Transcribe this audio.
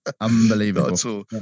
unbelievable